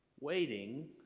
Waiting